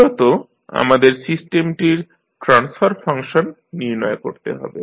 মূলত আমাদের সিস্টেমটির ট্রান্সফার ফাংশন নির্ণয় করতে হবে